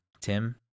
Tim